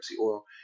oil